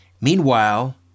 Meanwhile